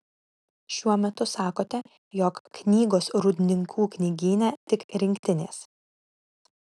šiuo metu sakote jog knygos rūdninkų knygyne tik rinktinės